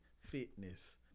fitness